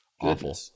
awful